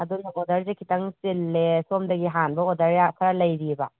ꯑꯗꯨꯅ ꯑꯣꯗꯔꯁꯦ ꯈꯤꯇꯪ ꯆꯤꯜꯂꯦ ꯁꯣꯝꯗꯒꯤ ꯍꯥꯟꯕ ꯑꯣꯗꯔ ꯈꯔ ꯂꯩꯔꯤꯌꯦꯕ